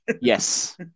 Yes